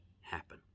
happen